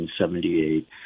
1978